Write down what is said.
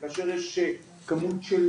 וכאשר יש כמות של